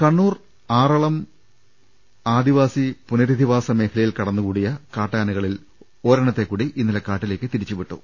കണ്ണൂർ ആറളം ആദിവാസി പുനരധിവാസ മേഖലയിൽ കടന്നു കൂടിയ കാട്ടാനകളിൽ ഒരെണ്ണത്തെ കൂടി ഇന്നലെ കാട്ടിലേക്ക് തിരിച്ചുവി ട്ടു